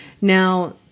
now